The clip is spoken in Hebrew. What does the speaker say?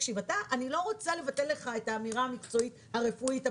אני לא רוצה לבטל לך את האמירה המקצועית הרפואית הבריאותית,